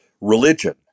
religion